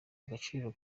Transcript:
agaciro